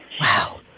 Wow